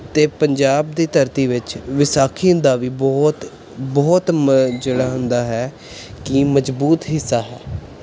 ਅਤੇ ਪੰਜਾਬ ਦੀ ਧਰਤੀ ਵਿੱਚ ਵਿਸਾਖੀ ਦਾ ਵੀ ਬਹੁਤ ਬਹੁਤ ਮ ਜਿਹੜਾ ਹੁੰਦਾ ਹੈ ਕਿ ਮਜ਼ਬੂਤ ਹਿੱਸਾ ਹੈ